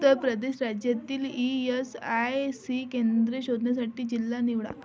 उत्तर प्रदेश राज्यातील E S I C केंद्रे शोधण्यासाठी जिल्हा निवडा